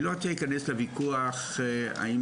אני לא רוצה להיכנס לוויכוח בעניין